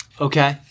Okay